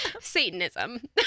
Satanism